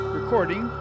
Recording